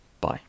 Bye